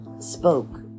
Spoke